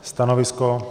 Stanovisko?